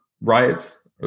riots